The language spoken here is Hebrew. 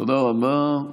תודה רבה.